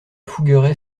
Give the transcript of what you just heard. fougueray